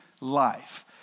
life